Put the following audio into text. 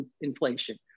inflation